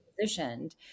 positioned